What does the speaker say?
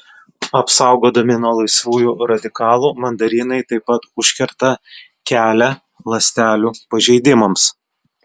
apsaugodami nuo laisvųjų radikalų mandarinai taip pat užkerta kelią ląstelių pažeidimams